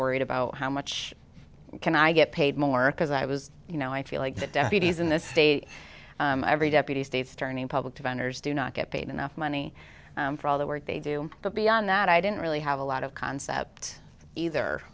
worried about how much can i get paid more because i was you know i feel like the deputies in the state every deputy state's turning public defenders do not get paid enough money for all the work they do but beyond that i don't really have a lot of concept either